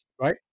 Right